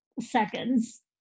seconds